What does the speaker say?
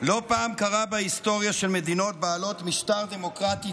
לא פעם קרה בהיסטוריה של מדינות בעלות משטר דמוקרטי